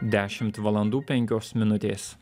dešimt valandų penkios minutės